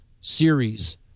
series